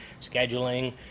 scheduling